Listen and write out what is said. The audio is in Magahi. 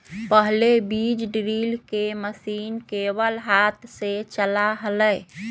पहले बीज ड्रिल के मशीन केवल हाथ से चला हलय